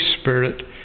Spirit